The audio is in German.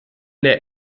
der